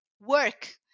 work